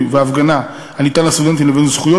וההפגנה הניתן לסטודנטים לבין זכויות,